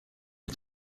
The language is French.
est